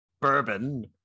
bourbon